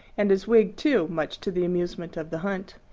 and his wig too, much to the amusement of the hunt.